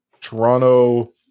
Toronto